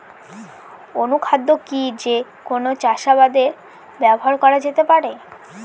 অনুখাদ্য কি যে কোন চাষাবাদে ব্যবহার করা যেতে পারে?